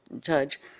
judge